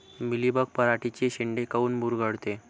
Mealybug पराटीचे चे शेंडे काऊन मुरगळते?